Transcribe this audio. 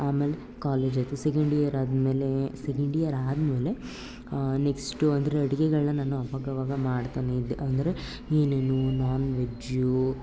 ಆಮೇಲೆ ಕಾಲೇಜ್ ಆಯಿತು second year ಆದಮೇಲೆ ಸೆಕೆಂಡ್ ಇಯರ್ ಆದಮೇಲೆ ನೆಕ್ಸ್ಟು ಅಂದರೆ ಅಡುಗೆಗಳನ್ನ ನಾನು ಅವಾಗವಾಗ ಮಾಡ್ತಾನೇ ಇದ್ದೆ ಅಂದರೆ ಏನೇನು ನಾನ್ ವೆಜ್ಜು